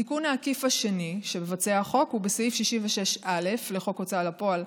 התיקון העקיף השני שמבצע החוק הוא בסעיף 66א לחוק ההוצאה לפועל,